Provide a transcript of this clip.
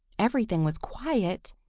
everything was quiet.